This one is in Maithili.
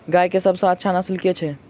गाय केँ सबसँ अच्छा नस्ल केँ छैय?